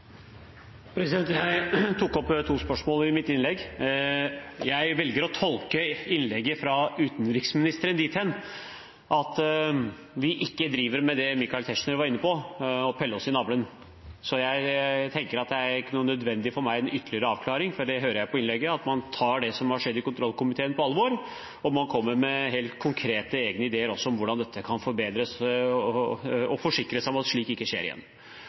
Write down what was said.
Jeg tok opp to spørsmål i mitt innlegg. Jeg velger å tolke innlegget fra utenriksministeren dit hen at vi ikke driver med det Michael Tetzschner var inne på, å pille seg i navlen. Jeg tenker at det ikke er nødvendig for meg med noen ytterligere avklaring, for jeg hører i innlegget at man tar det som har skjedd i kontrollkomiteen, på alvor, og man kommer også med konkrete, helt egne ideer om hvordan dette kan forbedres, for å forsikre seg om at slikt ikke skjer igjen.